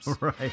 Right